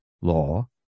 law